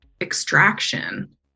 extraction